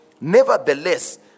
Nevertheless